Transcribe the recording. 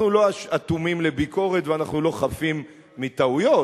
אנחנו לא אטומים לביקורת ואנחנו לא חפים מטעויות,